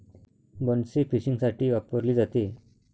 बन्सी फिशिंगसाठी वापरली जाते